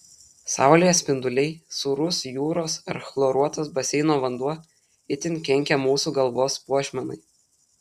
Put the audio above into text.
saulės spinduliai sūrus jūros ar chloruotas baseino vanduo itin kenkia mūsų galvos puošmenai